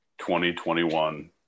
2021